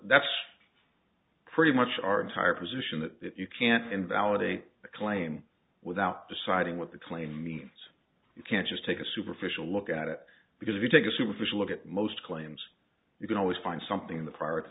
that's pretty much our entire position that you can't invalidate the claim without deciding what the claim means you can't just take a superficial look at it because if you take a superficial look at most claims you can always find something in the prior to